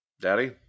daddy